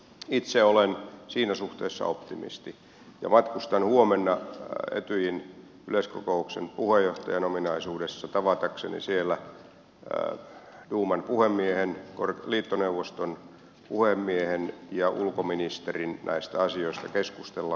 itse olen siinä suhteessa optimisti ja matkustan huomenna etyjin yleiskokouksen puheenjohtajan ominaisuudessa tavatakseni siellä duuman puhemiehen liittoneuvoston puhemiehen ja ulkoministerin näistä asioista keskustellaksemme